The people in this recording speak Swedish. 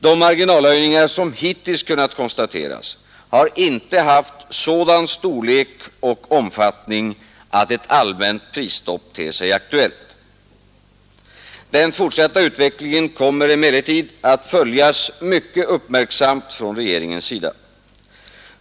De marginalhöjningar, som hittills kunnat konstateras, har inte haft sådan storlek och omfattning att ett allmänt prisstopp ter sig aktuellt. Den fortsatta utvecklingen kommer emellertid att följas mycket uppmärksamt från regeringens sida.